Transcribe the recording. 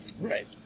Right